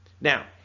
Now